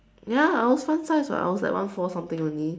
ya I was fun size [what] I was one four something only